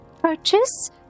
purchase